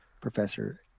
professor